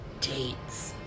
dates